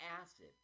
acid